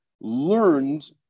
learned